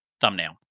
Thumbnail